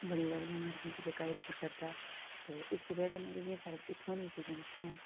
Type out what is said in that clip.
बड़ी जादा बमारी के जेह्का एह् दूर करदा ते इसदी बजह कन्नै बी साढ़े जेह्ड़े इत्थुआं दियां चीज़ां है'न